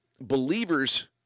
believers